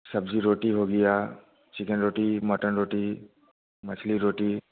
सब्ज़ी रोटी हो गया चिकन रोटी मटन रोटी मछली रोटी